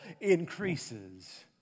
increases